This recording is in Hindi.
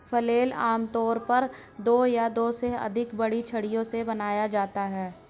फ्लेल आमतौर पर दो या दो से अधिक बड़ी छड़ियों से बनाया जाता है